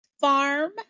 farm